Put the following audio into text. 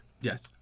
Yes